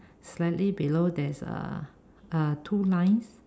slightly below there's uh uh two lines